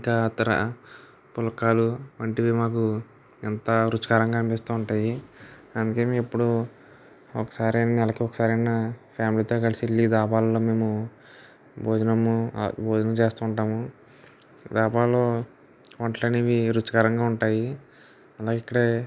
ఇంకా ఇతర పుల్కాలు వంటివి మాకు ఎంత రుచికరంగా అనిపిస్తూ ఉంటాయి అందుకే మేము ఎప్పుడూ ఒక్కసారైనా నెలకి ఒక్కసారైనా ఫ్యామిలీతో కలిసి వెళ్ళి దాబాలలో మేము భోజనము భోజనం చేస్తుంటాము దాబాలో వంటలు అనేవి రుచికరంగా ఉంటాయి అలా ఇక్కడే